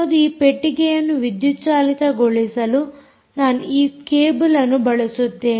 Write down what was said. ಮತ್ತು ಈ ಪೆಟ್ಟಿಗೆಯನ್ನು ವಿದ್ಯುತ್ ಚಾಲಿತಗೊಳಿಸಲು ನಾನು ಈ ಕೇಬಲ್ಅನ್ನು ಬಳಸುತ್ತೇನೆ